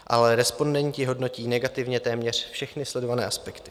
Ale respondenti hodnotí negativně téměř všechny sledované aspekty.